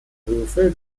höfe